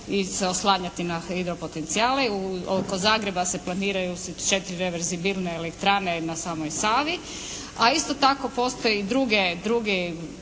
se oslanjati na hidro potencijale. Oko Zagreba se planiraju četiri reverzibilne elektrane na samoj Savi. A isto tako postoje drugi